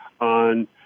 on